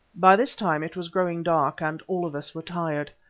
by this time it was growing dark and all of us were tired.